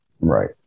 Right